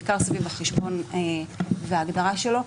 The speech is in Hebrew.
בעיקר סביב החשבון וההגדרה שלו.